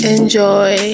Enjoy